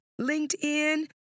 LinkedIn